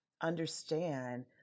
understand